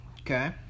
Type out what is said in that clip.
Okay